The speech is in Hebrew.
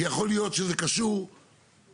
כי יכול להיות שזה קשור לאותה,